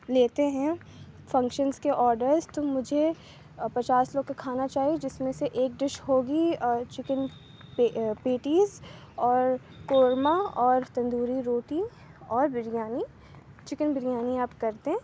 لیتے ہیں فنکشنس کے آڈرس تو مجھے پچاس لوگ کا کھانا چاہیے جس میں سے ایک ڈش ہوگی چکن پیٹیز اور قورمہ اور تندوری روٹی اور بریانی چکن بریانی آپ کر دیں